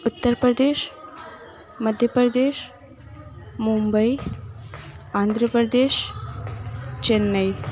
Uttar Pradesh Madhya Pradesh Mumbai Andhra Pradesh Chennai